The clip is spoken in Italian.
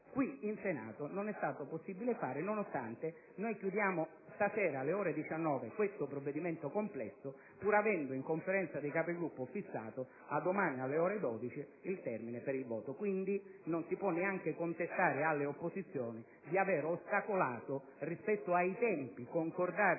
qui in Senato, non è stato possibile fare nonostante chiudiamo questo provvedimento complesso stasera alle ore 19, pur avendo in Conferenza dei Capigruppo fissato a domani alle ore 12 il termine per il voto finale. Non si può neanche contestare alle opposizioni di aver ostacolato, rispetto ai tempi concordati